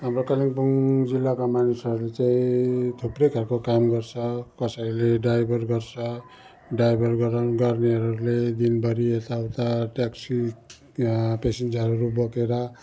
हाम्रो कालेबुङ जिल्लाको मान्छेहरू चाहिँ थुप्रो खाले काम गर्छ कसैले ड्राइभर गर्छ ड्राइभर गर गर्नेहरूले दिनभरि यता उता ट्याक्सी पेसेन्जरहरू बोकेर